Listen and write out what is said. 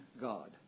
God